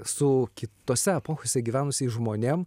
su kitose epochose gyvenusiais žmonėm